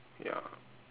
ya